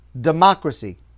democracy